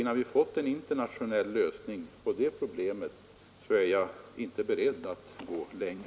Innan vi fått en internationell lösning på det problemet är jag inte beredd att gå längre.